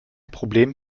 problem